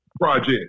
project